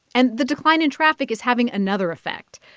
and the decline in traffic is having another effect.